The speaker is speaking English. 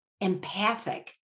empathic